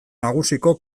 nagusiko